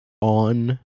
on